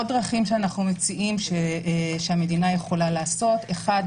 עוד דרכים שאנחנו מציעים למדינה: אחד,